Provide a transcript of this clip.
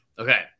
Okay